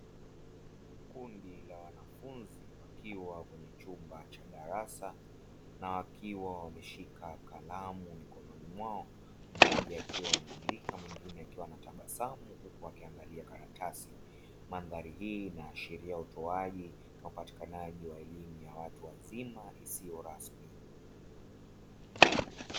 Kundi la wanafunzi wakiwa kwenye chumba cha darasa na wakiwa wameshika kalamu mikononi mwao, mmoja akiwa anaandika, mwingine akiwa anatabasamu huku akiangalia karatasi. Mandhari hii inaashiria utoaji na upatikanaji wa elimu ya watu wazima isiyo rasmi.